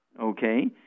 Okay